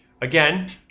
again